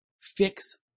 fix